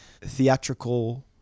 theatrical